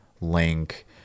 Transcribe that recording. Link